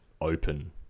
open